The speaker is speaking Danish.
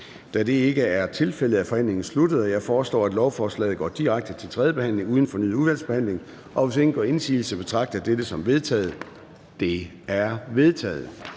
Da det ikke er tilfældet, er forhandlingen sluttet. Jeg foreslår, at lovforslaget går direkte til tredje behandling uden fornyet udvalgsbehandling, og hvis ingen gør indsigelse, betragter jeg dette som vedtaget. Det er vedtaget.